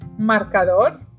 marcador